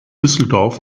düsseldorf